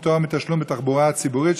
פטור מתשלום בתחבורה ציבורית),